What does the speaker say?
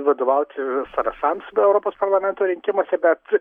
vadovauti sąrašams be europos parlamento rinkimuose bet